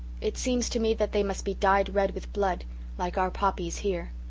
it seems to me that they must be dyed red with blood like our poppies here.